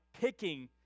picking